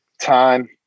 Time